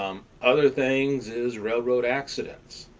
um other things is railroad accidents.